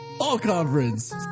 all-conference